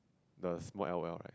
the small L_O_L right